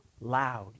loud